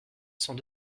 sans